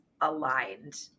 aligned